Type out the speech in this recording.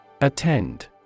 Attend